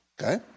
okay